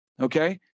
okay